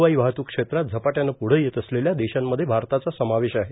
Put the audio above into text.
हवाई वाहतूक क्षेत्रात झपाट्यानं प्ढं येत असलेल्या देशांमध्ये भारताचा समावेष आहे